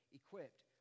equipped